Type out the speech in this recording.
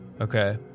okay